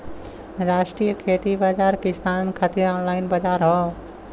राष्ट्रीय खेती बाजार किसानन खातिर ऑनलाइन बजार हौ